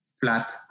flat